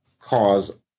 cause